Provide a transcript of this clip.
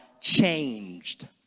changed